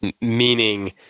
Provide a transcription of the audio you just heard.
meaning